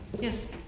Yes